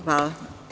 Hvala.